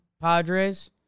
Padres